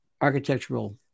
architectural